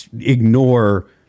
ignore